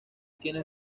quienes